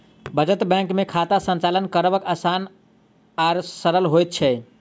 बचत बैंक मे खाता संचालन करब आसान आ सरल होइत छै